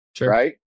right